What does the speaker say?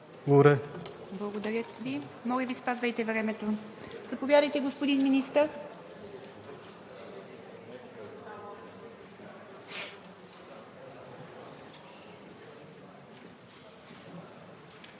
Благодаря Ви. Моля Ви, спазвайте времето. Заповядайте, господин Министър.